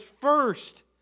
first